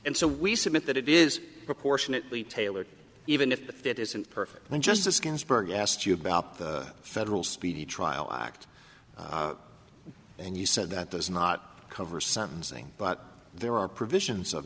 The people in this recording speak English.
and so we submit that it is proportionately tailored even if it isn't perfect when justice ginsburg asked you about the federal speedy trial act and you said that does not cover sentencing but there are provisions of